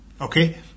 Okay